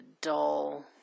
dull